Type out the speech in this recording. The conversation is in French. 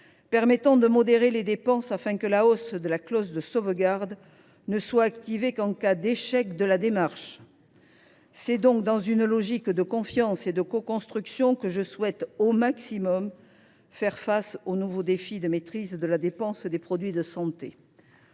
permettant de modérer les dépenses – la hausse de la clause de sauvegarde ne sera activée qu’en cas d’échec de la démarche. C’est donc dans une logique de confiance et de coconstruction que je souhaite faire au maximum face aux nouveaux défis de maîtrise de la dépense des produits de santé.